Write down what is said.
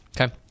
Okay